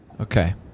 Okay